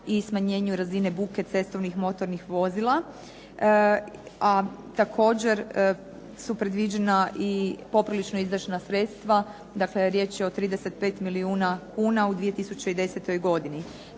i smanjenju razine buke cestovnih motornih vozila. A također su predviđa i poprilično izdašna sredstva. Dakle, riječ je o 35 milijuna kuna u 2010. godini.